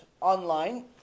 online